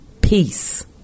peace